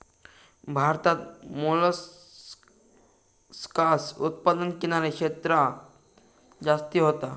भारतात मोलस्कास उत्पादन किनारी क्षेत्रांत जास्ती होता